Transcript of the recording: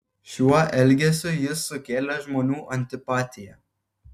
šiuo elgesiu jis sukėlė žmonių antipatiją